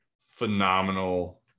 phenomenal